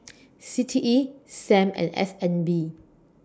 C T E SAM and S N B